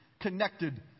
connected